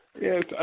Yes